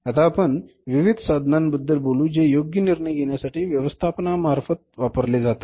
आता आपण विविध साधनांबद्दल बोलू जे योग्य निर्णय घेण्यासाठी व्यवस्थापनामार्फत वापरले जातात